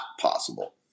possible